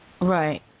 Right